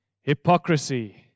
Hypocrisy